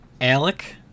Alec